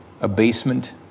abasement